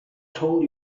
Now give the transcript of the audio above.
told